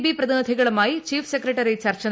B പ്രതിനിധികളുമായി chief secretary ചർച്ച നടത്തി